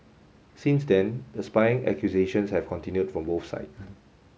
since then the spying accusations have continued from both side